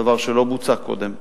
דבר שלא בוצע קודם,